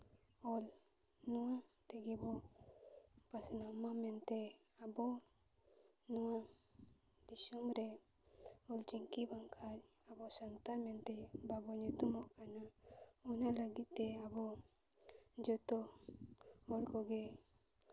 ᱚᱞ ᱱᱚᱣᱟ ᱛᱮᱜᱮ ᱵᱚᱱ ᱯᱟᱥᱱᱟᱣ ᱢᱟ ᱢᱮᱱᱛᱮ ᱟᱵᱚ ᱱᱚᱣᱟ ᱫᱤᱥᱚᱢ ᱨᱮ ᱚᱞ ᱪᱤᱠᱤ ᱵᱟᱝᱠᱷᱟᱱ ᱟᱵᱚ ᱥᱟᱱᱛᱟᱲ ᱢᱮᱱᱛᱮ ᱵᱟᱵᱚ ᱧᱩᱛᱩᱢᱚᱜ ᱠᱟᱱᱟ ᱚᱱᱟ ᱞᱟᱹᱜᱤᱫ ᱛᱮ ᱟᱵᱚ ᱡᱚᱛᱚ ᱦᱚᱲ ᱠᱚᱜᱮ